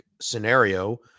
scenario